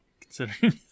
considering